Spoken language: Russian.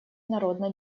народно